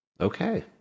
Okay